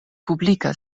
publika